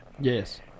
Yes